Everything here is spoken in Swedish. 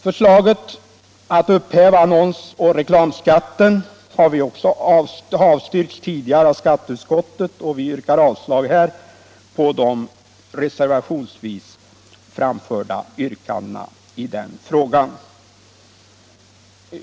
Förslaget att upphäva annonsoch reklamskatten har tidigare avstyrkts av skatteutskottet och vi yrkar avslag på de reservationsvis framförda yrkandena i denna fråga.